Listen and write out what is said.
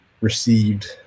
received